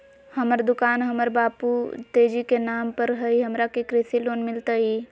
हमर दुकान हमर बाबु तेजी के नाम पर हई, हमरा के कृषि लोन मिलतई?